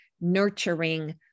nurturing